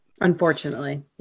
Unfortunately